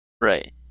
Right